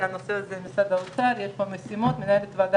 המרכז גדל יותר מהציפיות הממשלתיות, ולכן נוצרו